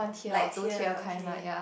like tear okay